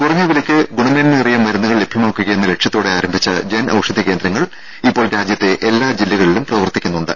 കുറഞ്ഞ വിലയ്ക്ക് ഗുണമേന്മയേറിയ മരുന്നുകൾ ലഭ്യമാക്കുകയെന്ന ലക്ഷ്യത്തോടെ ആരംഭിച്ച ജൻ ഔഷധി കേന്ദ്രങ്ങൾ ഇപ്പോൾ രാജ്യത്തെ എല്ലാ ജില്ലകളിലും പ്രവർത്തിക്കുന്നുണ്ട്